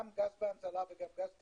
גם גז בהנזלה וגם גז טבעי,